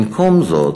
במקום זאת"